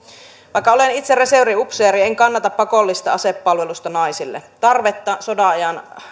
vaikka olen itse reserviupseeri en kannata pakollista asepalvelusta naisille tarvetta sodanajan